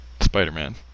Spider-Man